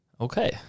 Okay